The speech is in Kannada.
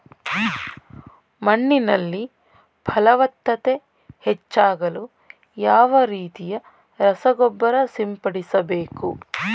ಮಣ್ಣಿನಲ್ಲಿ ಫಲವತ್ತತೆ ಹೆಚ್ಚಾಗಲು ಯಾವ ರೀತಿಯ ರಸಗೊಬ್ಬರ ಸಿಂಪಡಿಸಬೇಕು?